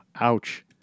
Ouch